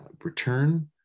return